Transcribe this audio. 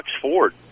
Ford